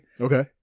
okay